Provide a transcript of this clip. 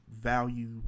value